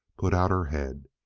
put out her head.